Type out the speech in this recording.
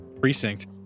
precinct